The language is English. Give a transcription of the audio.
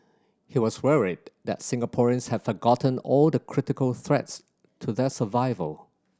he was worried that Singaporeans had forgotten all the critical threats to their survival